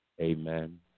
Amen